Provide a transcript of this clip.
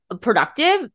productive